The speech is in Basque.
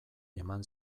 eman